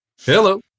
Hello